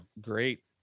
great